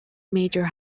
major